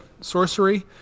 sorcery